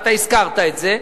ואתה הזכרת את זה,